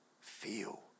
feel